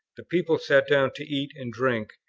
the people sat down to eat and drink,